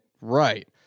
right